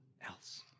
else